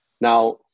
Now